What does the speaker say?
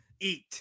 Eat